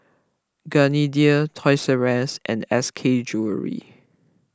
Gardenia Toys R U S and S K jewellery